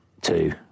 two